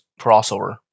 crossover